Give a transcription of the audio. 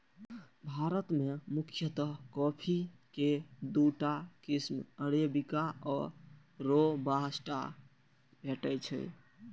भारत मे मुख्यतः कॉफी के दूटा किस्म अरेबिका आ रोबास्टा भेटै छै